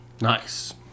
Nice